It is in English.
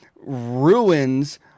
ruins